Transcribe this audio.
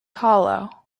hollow